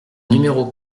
numéro